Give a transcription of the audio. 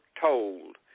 told